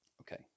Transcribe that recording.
Okay